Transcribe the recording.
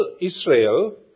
Israel